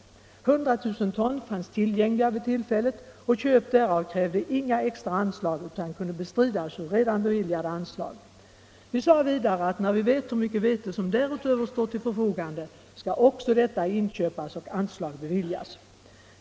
100 000 ton fanns tillgängliga vid tillfället, och köp därav krävde inga extra anslag utan kunde bestridas ur redan beviljade anslag. Vi sade vidare att när man vet hur mycket vete som därutöver står till förfogande skall också detta inköpas och anslag därför beviljas.